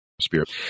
spirit